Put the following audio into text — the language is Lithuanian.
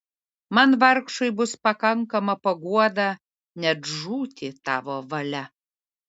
man vargšui bus pakankama paguoda net žūti tavo valia